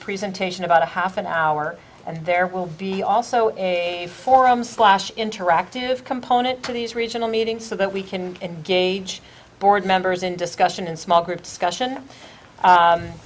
presentation about a half an hour and there will be also a forum slash interactive component to these regional meetings so that we can engage board members in discussion in small group